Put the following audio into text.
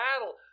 battle